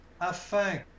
afin